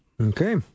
Okay